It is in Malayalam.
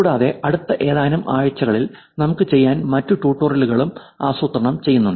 കൂടാതെ അടുത്ത ഏതാനും ആഴ്ചകളിൽ നമുക്ക് ചെയ്യാൻ മറ്റ് ട്യൂട്ടോറിയലുകളും ആസൂത്രണം ചെയ്തിട്ടുണ്ട്